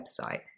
website